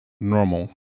normal